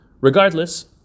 Regardless